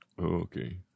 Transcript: Okay